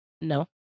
no